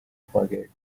forget